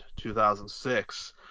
2006